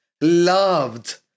loved